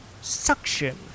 suction